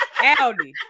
Aldi